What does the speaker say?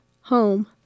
Home